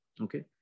Okay